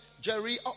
Jerry